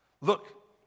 Look